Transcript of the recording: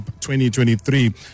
2023